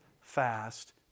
fast